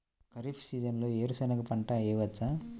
ఖరీఫ్ సీజన్లో వేరు శెనగ పంట వేయచ్చా?